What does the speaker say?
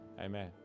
amen